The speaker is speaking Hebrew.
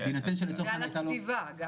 ועל הסביבה.